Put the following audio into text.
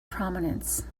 prominence